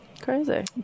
crazy